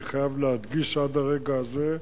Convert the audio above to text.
אני חייב להדגיש שעד לרגע הזה,